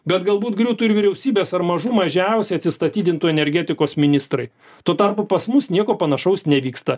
bet galbūt griūtų ir vyriausybės ar mažų mažiausiai atsistatydintų energetikos ministrai tuo tarpu pas mus nieko panašaus nevyksta